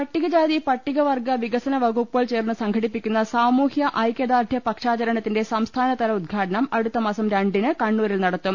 പട്ടികജാതി പട്ടിക വർഗ്ഗ വികസന വകുപ്പുകൾ ചേർന്ന് സം ഘടിപ്പിക്കുന്ന സാമൂഹൃ ഐകൃദാർഡൃ പക്ഷാചരണത്തിന്റെ സംസ്ഥാനതല ഉദ്ഘാടനം അടുത്തമാസം രണ്ടിന് കണ്ണൂരിൽ നട ത്തും